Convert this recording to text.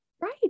right